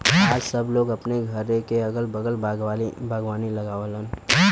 आज सब लोग अपने घरे क अगल बगल बागवानी लगावलन